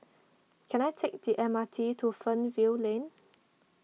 can I take the M R T to Fernvale Lane